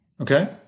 Okay